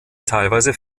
teilweise